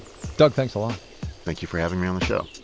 doug, thanks a lot thank you for having me on the show